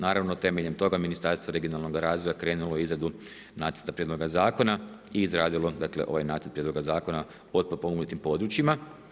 Naravno, temeljem toga Ministarstvo regionalnoga razvoja krenulo je u izradu Nacrta prijedloga Zakona i izradilo ovaj Nacrt prijedloga Zakona o potpomognutim područjima.